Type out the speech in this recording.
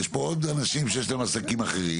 יש פה עוד אנשים שיש להם עסקים אחרים.